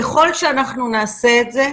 ככל שאנחנו נעשה את זה,